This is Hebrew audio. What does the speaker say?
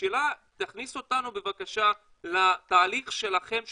תכניסו אותנו בבקשה לתהליך שלכם,